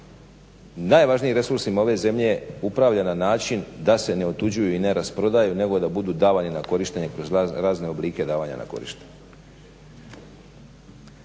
najvažnijim resursima ove zemlje upravlja na način da se ne otuđuju i ne rasprodaju nego da budu davani na korištenje kroz razne oblike davanja na korištenje.